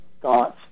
thoughts